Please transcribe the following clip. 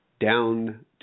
down